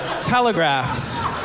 telegraphs